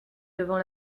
devant